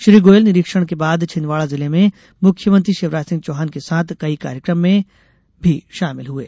श्री गोयल निरीक्षण के बाद छिन्दवाड़ा जिले में मुख्यमंत्री शिवराज सिंह चौहान के साथ कई कार्यक्रम में भी शामिल हुये